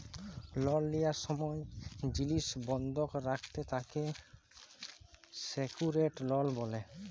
লল লিয়ার সময় জিলিস বন্ধক রাখলে তাকে সেক্যুরেড লল ব্যলে